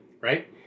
right